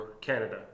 Canada